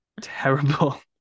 Terrible